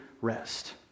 rest